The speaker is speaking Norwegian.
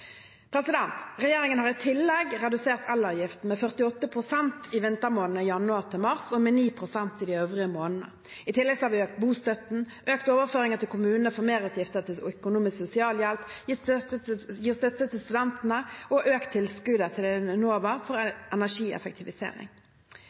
Regjeringen har i tillegg redusert elavgiften med 48 pst. i vintermånedene januar–mars og med 9 pst. i de øvrige månedene. I tillegg har vi økt bostøtten, økt overføringene til kommunene for merutgifter til økonomisk sosialhjelp, gitt støtte til studentene og økt tilskuddet til Enova for